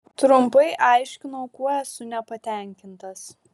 trumpai aiškinau kuo esu nepatenkintas